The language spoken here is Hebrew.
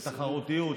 של תחרותיות,